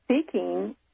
seeking